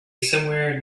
somewhere